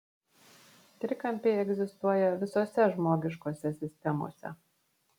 trikampiai egzistuoja visose žmogiškose sistemose